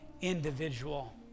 individual